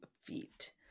feet